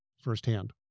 firsthand